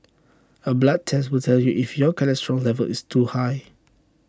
A blood test will tell you if your cholesterol level is too high